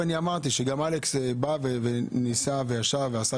ואני אמרתי שגם אלכס ניסה וישב ועשה